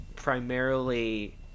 Primarily